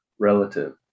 Relative